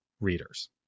readers